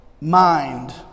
mind